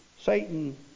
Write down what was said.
Satan